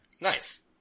Nice